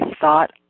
thought